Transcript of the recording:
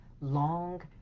long